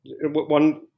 one